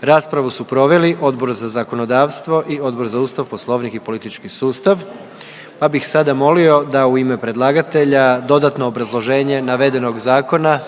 Raspravu su proveli Odbor za zakonodavstvo i Odbor za Ustav, Poslovnik i politički sustav, pa bi sada molio da u ime predlagatelja dodatno obrazloženje navedenog zakona,